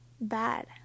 bad